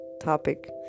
topic